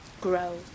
grow